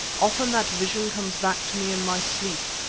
often that vision comes back to me in my sleep,